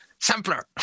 Sampler